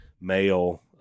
male